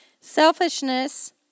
selfishness